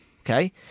okay